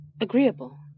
agreeable